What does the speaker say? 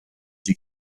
sie